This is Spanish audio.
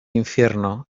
infierno